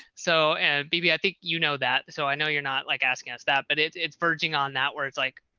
so and bb i think, you know, that so i know you're not like asking us that. but it's it's verging on that where it's like,